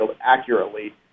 accurately